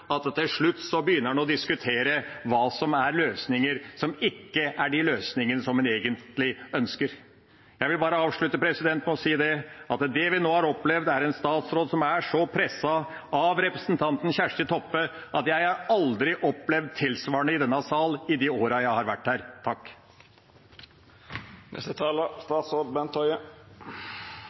at de til slutt begynner å diskutere løsninger som ikke er de løsningene de egentlig ønsker. Jeg vil bare avslutte med å si at det vi nå har opplevd, er en statsråd som er så presset av representanten Kjersti Toppe at jeg aldri har opplevd tilsvarende i denne sal i de årene jeg har vært